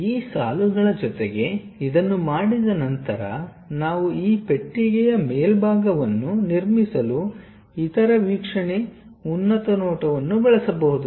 ಈ ಸಾಲುಗಳ ಜೊತೆಗೆ ಇದನ್ನು ಮಾಡಿದ ನಂತರ ನಾವು ಈ ಪೆಟ್ಟಿಗೆಯ ಮೇಲ್ಭಾಗವನ್ನು ನಿರ್ಮಿಸಲು ಇತರ ವೀಕ್ಷಣೆ ಉನ್ನತ ನೋಟವನ್ನು ಬಳಸಬಹುದು